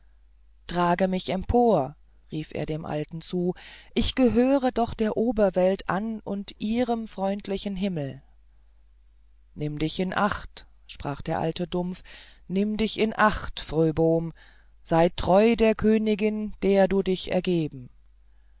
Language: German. trage mich empor rief er dem alten zu ich gehöre doch der oberwelt an und ihrem freundlichen himmel nimm dich in acht sprach der alte dumpf nimm dich in acht fröbom sei treu der königin der du dich ergeben